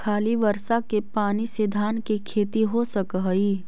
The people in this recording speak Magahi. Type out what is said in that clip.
खाली बर्षा के पानी से धान के खेती हो सक हइ?